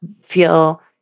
feel